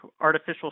artificial